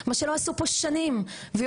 מה שלא עשו פה שנים ויובלות,